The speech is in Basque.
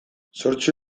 zortzi